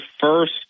first